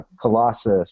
Colossus